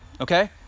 okay